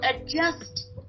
adjust